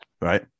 right